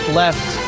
left